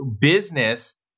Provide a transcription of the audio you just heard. business